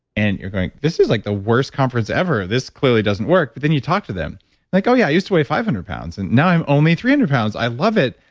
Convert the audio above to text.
and you're going, this is like the worst conference ever. this clearly doesn't work. but then, you talk to them like, oh, yeah i used to weigh five hundred pounds, and now, i'm only three hundred pounds. i love it.